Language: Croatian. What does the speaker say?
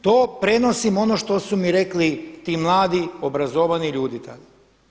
To prenosim ono što su mi rekli ti mladi, obrazovani ljudi tada.